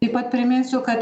taip pat priminsiu kad